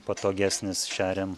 patogesnis šeriam